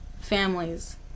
families